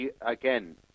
again